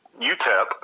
UTEP